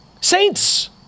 Saints